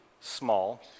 small